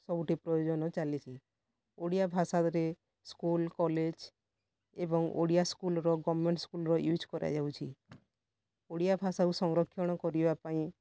ସବୁଠି ପ୍ରୟୋଜନ ଚାଲିଛି ଓଡ଼ିଆ ଭାଷାରେ ସ୍କୁଲ୍ କଲେଜ୍ ଏବଂ ଓଡ଼ିଆ ସ୍କୁଲ୍ର ଗର୍ମେଣ୍ଟ୍ ସ୍କୁଲ୍ର ୟୁଜ୍ କରାଯାଉଛି ଓଡ଼ିଆ ଭାଷାକୁ ସଂରକ୍ଷଣ କରିବା ପାଇଁ